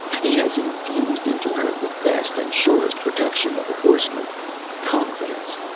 he has infused into her the best and surest protection of a horseman confidence.